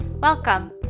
Welcome